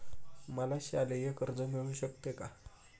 मला शालेय कर्ज मिळू शकते का?